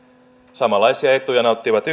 samanlaisia etuja nauttivat